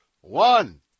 One